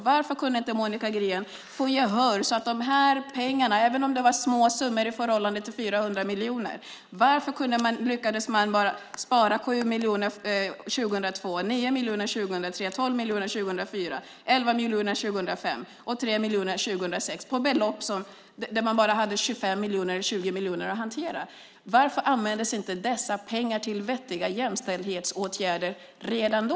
Varför kunde inte Monica Green få gehör när det gäller de här pengarna även om det var små summor i förhållande till dessa 400 miljoner? Varför lyckades man spara 7 miljoner år 2002, 9 miljoner år 2003, 12 miljoner år 2004, 11 miljoner år 2005 och 3 miljoner år 2006 när man bara hade belopp på 25 miljoner eller 20 miljoner att hantera? Varför användes inte dessa pengar till vettiga jämställdhetsåtgärder redan då?